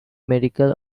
medical